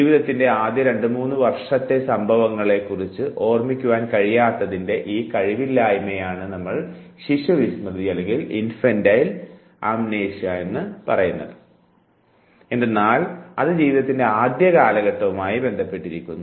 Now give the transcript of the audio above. ജീവിതത്തിൻറെ ആദ്യ 2 3 വർഷത്തെ സംഭവങ്ങളെക്കുറിച്ച് ഓർമ്മിക്കുവാൻ കഴിയാത്തതിൻറെ ഈ കഴിവില്ലായ്മയെയാണ് ശിശു വിസ്മൃതി എന്ന് വിളിക്കുന്നത് എന്തെന്നാൽ അത് ജീവിതത്തിൻറെ ആദ്യ കാലഘട്ടവുമായി ബന്ധപ്പെട്ടിരിക്കുന്നു